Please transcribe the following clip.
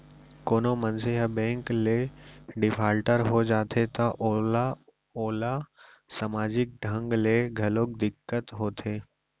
कोनो मनसे ह बेंक ले डिफाल्टर हो जाथे त ओला ओला समाजिक ढंग ले घलोक दिक्कत होथे